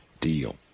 deal